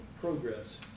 Progress